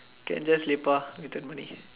can just leap with the money